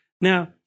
Now